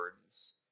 burdens